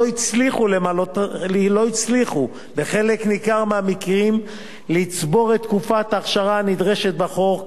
לא הצליחו בחלק ניכר מהמקרים לצבור את תקופה האכשרה הנדרשת בחוק,